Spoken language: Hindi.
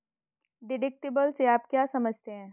डिडक्टिबल से आप क्या समझते हैं?